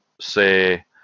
say